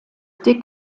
der